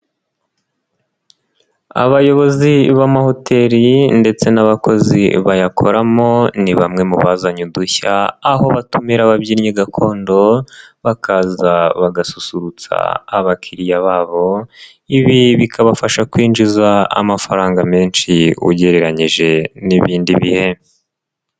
Abayobozi b'amahoteli ndetse n'abakozi bayakoramo, ni bamwe mu bazanye udushya, aho batumira ababyinnyi gakondo, bakaza bagasusurutsa abakiriya babo, ibi bikabafasha kwinjiza amafaranga menshi ugereranyije n'ibindi bihe.